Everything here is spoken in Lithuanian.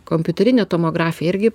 kompiuterinė tomografija irgi